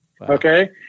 Okay